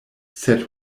sed